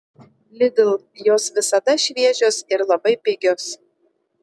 lidl jos visada šviežios ir labai pigios